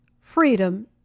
freedom